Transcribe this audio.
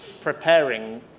preparing